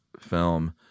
film